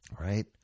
right